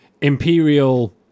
imperial